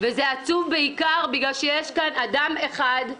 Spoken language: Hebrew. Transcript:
הוא עצוב בעיקר כיוון שיש כאן אדם אחד,